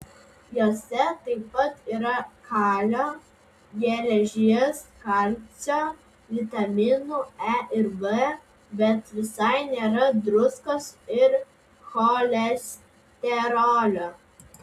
jose taip pat yra kalio geležies kalcio vitaminų e ir b bet visai nėra druskos ir cholesterolio